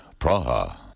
Praha